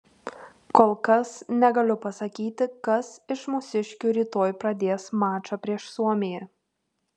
kol kas negaliu pasakyti kas iš mūsiškių rytoj pradės mačą prieš suomiją